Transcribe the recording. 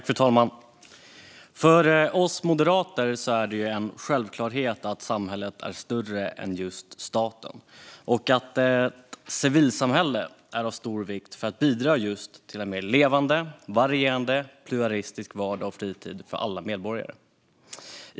Fru talman! För oss moderater är det en självklarhet att samhället är större än staten och att civilsamhället är av stor vikt för att bidra till en mer levande, varierad och pluralistisk vardag och fritid för alla medborgare.